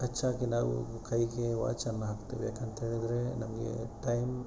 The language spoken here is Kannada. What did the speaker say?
ಹೆಚ್ಚಾಗಿ ನಾವು ಕೈಗೆ ವಾಚನ್ನು ಹಾಕ್ತೇವೆ ಯಾಕಂತ ಹೇಳಿದರೆ ನಮಗೆ ಟೈಮ್